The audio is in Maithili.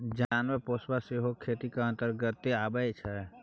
जानबर पोसब सेहो खेतीक अंतर्गते अबै छै